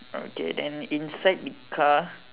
okay then inside the car